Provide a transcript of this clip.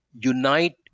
unite